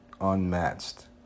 unmatched